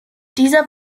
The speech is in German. dieser